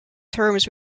terms